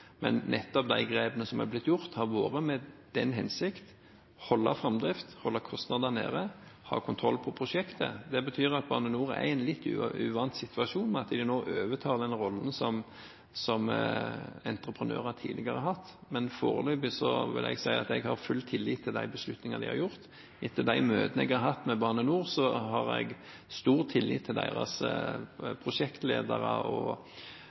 de grepene som har blitt gjort, har blitt gjort nettopp med den hensikt å holde på framdriften, holde kostnadene nede og ha kontroll på prosjektet. Det betyr at Bane NOR er i en litt uvant situasjon ved at de nå overtar den rollen som entreprenører tidligere har hatt, men foreløpig har jeg full tillit til de beslutningene de har tatt. Etter de møtene jeg har hatt med Bane NOR, har jeg stor tillit til deres prosjektledere og